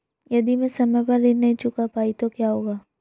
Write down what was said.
यदि मैं समय पर ऋण नहीं चुका पाई तो क्या होगा?